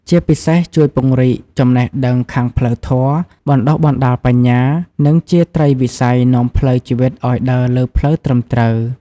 ជាពិសេសជួយពង្រីកចំណេះដឹងខាងផ្លូវធម៌ បណ្ដុះបណ្ដាលបញ្ញា និងជាត្រីវិស័យនាំផ្លូវជីវិតឱ្យដើរលើផ្លូវត្រឹមត្រូវ។